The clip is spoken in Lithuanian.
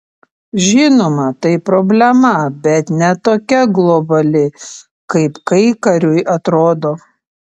žinoma tai problema bet ne tokia globali kaip kaikariui atrodo